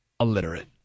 illiterate